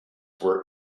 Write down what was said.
were